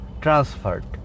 transferred